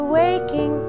waking